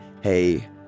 hey